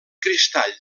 cristall